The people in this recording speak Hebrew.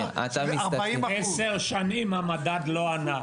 10 שנים המדד לא עלה.